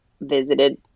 visited